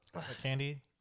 candy